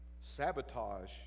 Sabotage